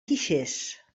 guixers